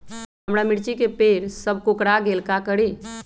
हमारा मिर्ची के पेड़ सब कोकरा गेल का करी?